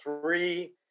three